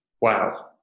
wow